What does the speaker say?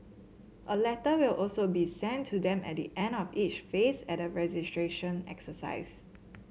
a letter will also be sent to them at the end of each phase at the registration exercise